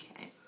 Okay